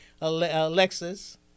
Alexis